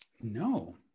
No